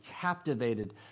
captivated